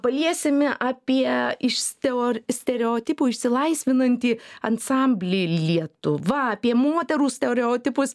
paliesime apie iš stereo stereotipų išsilaisvinantį ansamblį lietuva apie moterų stereotipus